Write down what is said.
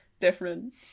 different